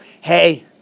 hey